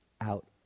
out